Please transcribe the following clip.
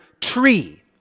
tree